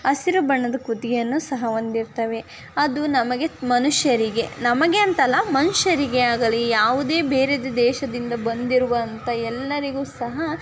ಹಸಿರು ಬಣ್ಣದ ಕುತ್ತಿಗೆಯನ್ನೂ ಸಹ ಹೊಂದಿರ್ತವೆ ಅದು ನಮಗೆ ಮನುಷ್ಯರಿಗೆ ನಮಗೆ ಅಂತಲ್ಲ ಮನುಷ್ಯರಿಗೆ ಆಗಲಿ ಯಾವುದೇ ಬೇರೆ ದೇಶದಿಂದ ಬಂದಿರುವಂಥ ಎಲ್ಲರಿಗೂ ಸಹ